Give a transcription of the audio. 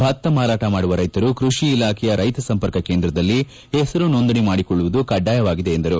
ಭತ್ತ ಮಾರಾಟ ಮಾಡುವ ರೈತರು ಕೃಷಿ ಇಲಾಖೆಯ ರೈತ ಸಂಪರ್ಕ ಕೇಂದ್ರದಲ್ಲಿ ಹೆಸರು ನೋಂದಣಿ ಮಾಡುವುದು ಕಡ್ಡಾಯವಾಗಿದೆ ಎಂದರು